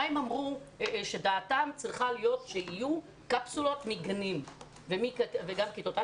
הם אמרו שדעתם היא שצריכות להיות קפסולות מגני הילדים וגם כיתות א'.